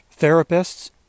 therapists